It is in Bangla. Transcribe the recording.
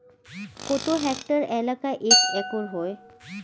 কত হেক্টর এলাকা এক একর হয়?